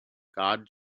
god